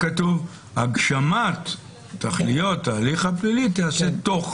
כאן כתוב "הגשמת תכליות ההליך הפלילי תיעשה תוך",